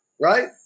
right